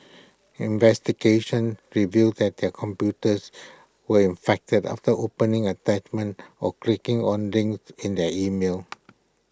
investigations revealed that their computers were infected after opening attachments or clicking on links in their emails